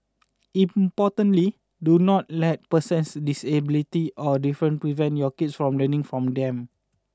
importantly do not let person's disabilities or differences prevent your kids from learning from them